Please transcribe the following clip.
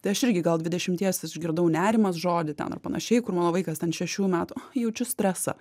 tai aš irgi gal dvidešimties išgirdau nerimas žodį ten ar panašiai kur mano vaikas ten šešių metų jaučiu stresą